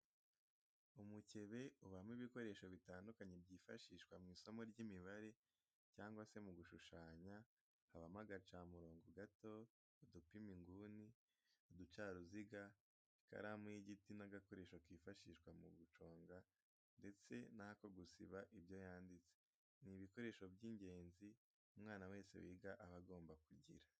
Umukebe ubamo ibikoresho bitandukanye byifashishwa mu isomo ry'imibare cyangwa se mu gushushanya habamo agacamurongo gato, udupima inguni, uducaruziga, ikaramu y'igiti n'agakoresho kifashishwa mu kuyiconga ndetse n'ako gusiba ibyo yanditse, ni ibikoresho by'ingenzi umwana wese wiga aba agomba kugira.